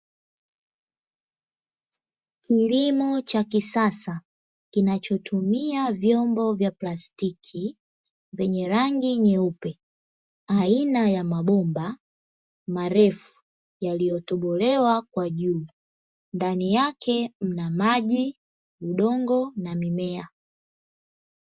Kilimo cha kisasa kinachotumia vyombo vya plastiki vyenye rangi nyeupe aina ya mabomba marefu yaliyotobolewa kwa juu. Ndani yake mna maji, udongo na mimea.